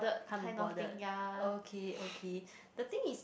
can't be bothered okay okay the thing is